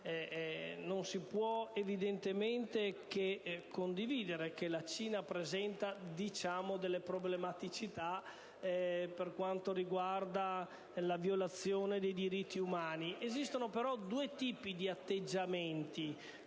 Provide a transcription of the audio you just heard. non si può evidentemente che concordare sul fatto che la Cina presenta delle problematicità per quanto riguarda la violazione dei diritti umani. Esistono però due tipi di atteggiamenti: